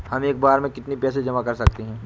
हम एक बार में कितनी पैसे जमा कर सकते हैं?